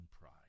pride